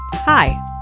Hi